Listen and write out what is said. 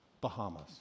Bahamas